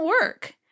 work